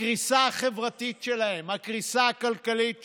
הקריסה החברתית שלהם, הקריסה הכלכלית שלהם.